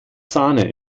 sahne